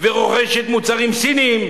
ורוכשת מוצרים סיניים.